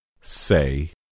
Say